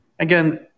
Again